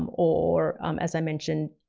um or as i mentioned,